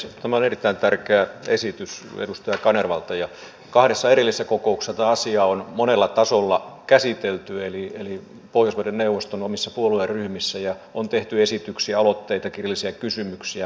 tämä on erittäin tärkeä esitys edustaja kanervalta ja kahdessa erillisessä kokouksessa tätä asiaa on monella tasolla käsitelty eli pohjoismaiden neuvoston omissa puolueryhmissä ja on tehty esityksiä aloitteita kirjallisia kysymyksiä